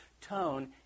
tone